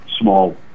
small